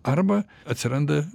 arba atsiranda